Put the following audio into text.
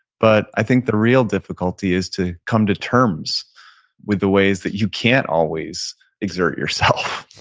but i think the real difficulty is to come to terms with the ways that you can't always exert yourself